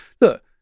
Look